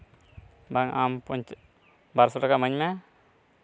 ᱵᱟᱝ ᱟᱢ ᱵᱟᱨ ᱥᱚ ᱴᱟᱠᱟ ᱮᱢᱟᱹᱧ ᱢᱮ